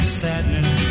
sadness